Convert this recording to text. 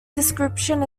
description